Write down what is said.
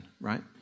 right